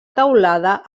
teulada